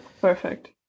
perfect